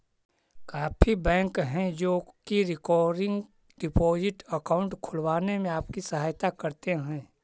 काफी बैंक हैं जो की रिकरिंग डिपॉजिट अकाउंट खुलवाने में आपकी सहायता करते हैं